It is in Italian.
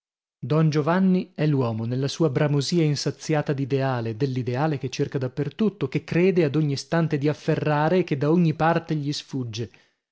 don giovanni è l'uomo nella sua bramosia insaziata d'ideale dell'ideale che cerca da per tutto che crede ad ogni istante di afferrare e che da ogni parte gli sfugge